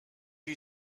you